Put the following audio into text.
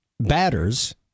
batters